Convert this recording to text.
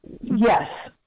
Yes